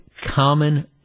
common